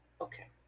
Okay